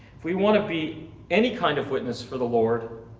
if we wanna be any kind of witness for the lord,